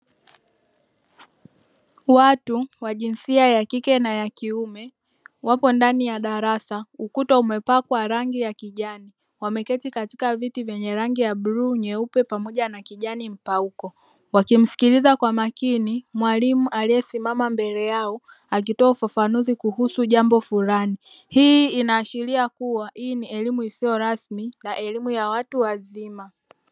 Watu wa jinsia ya kike na ya kiume wapo ndani ya darasa, ukuta umepakwa rangi ya kijani. Wameketi katika viti vyenye rangi ya: bluu, nyeupe pamoja na kijani mpauko; wakimsikiliza kwa makini mwalimu aliyesimama mbele yao, akitoa ufafanuzi kuhusu jambo fulani. Hii inaashiria kuwa hii ni elimu isiyo rasmi na elimu ya watu wazima.